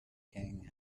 king